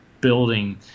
building